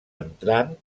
entrant